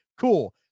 cool